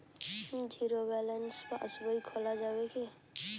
Zero balance পাশ বই খোলা যাবে কি?